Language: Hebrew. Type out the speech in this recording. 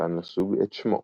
שנתן לסוג את שמו.